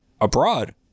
abroad